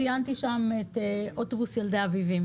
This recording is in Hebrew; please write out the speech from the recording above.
ציינתי שם את אוטובוס ילדי אביבים